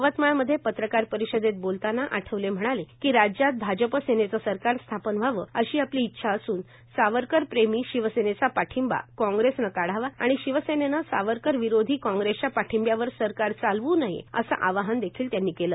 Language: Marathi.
यवतमाळमध्ये पत्रकार परिषदेत बोलताना आठवले म्हणाले की राज्यात भाजप सेनेचे सरकार स्थापन व्हावे अशी आपली इच्छा असून सावरकर प्रेमी शिवसेनेचा पाठिंबा काँग्रेसने काढावा आणि शिवसेनेने सावरकर विरोधी काँग्रेसच्या पाठिंब्यावर सरकार चालवू नये असे आवाहन देखील त्यांनी केले